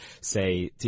say